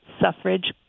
suffrage